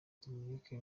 dominique